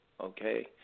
Okay